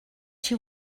she